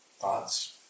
thoughts